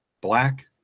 black